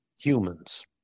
humans